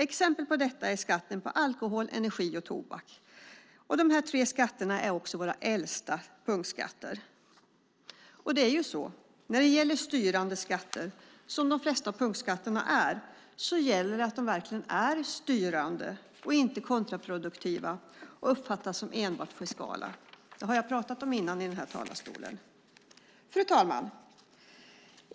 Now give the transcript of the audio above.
Exempel på detta är skatten på alkohol, energi och tobak. Dessa tre skatter är också våra äldsta punktskatter." För styrande skatter, som de flesta punktskatterna är, gäller att de verkligen är styrande - inte kontraproduktiva och uppfattas som enbart fiskala. Det har jag tidigare talat om här i denna talarstol. Fru talman!